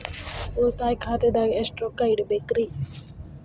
ಉಳಿತಾಯ ಖಾತೆದಾಗ ಎಷ್ಟ ರೊಕ್ಕ ಇಡಬೇಕ್ರಿ?